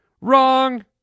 Wrong